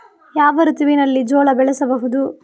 ಯಾವ ಋತುವಿನಲ್ಲಿ ಜೋಳ ಬೆಳೆಸಬಹುದು?